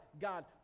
God